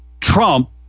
Trump